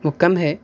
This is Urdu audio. وہ کم ہے